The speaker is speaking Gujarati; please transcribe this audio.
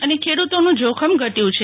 અને ખેડૂતોનું જોખમ ઘટ્યું છે